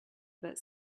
about